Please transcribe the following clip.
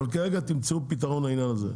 אבל כרגע תמצאו פתרון לעניין הזה.